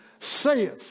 saith